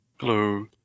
Hello